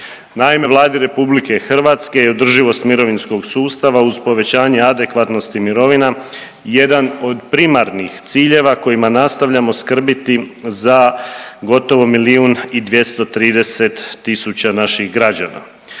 Naime, Vladi RH je održivost mirovinskog sustava uz povećanje adekvatnosti mirovina jedan od primarnih ciljeva kojima nastavljamo skrbiti za gotovo milijun i 230 tisuća naših građana.